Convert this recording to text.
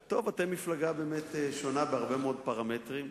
טוב, אתם מפלגה באמת שונה בהרבה מאוד פרמטרים.